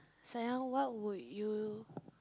sayang what would you